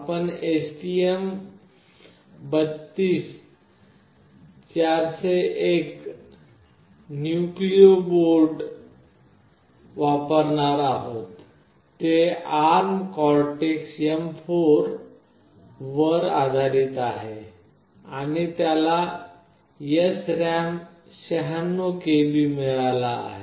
आपण STM STM32F401 Nucleo board वापरणार आहोत ते ARM Cortex M4 वर आधारित आहे आणि त्याला SRAM 96 KB मिळाला आहे